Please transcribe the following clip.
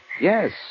Yes